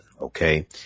okay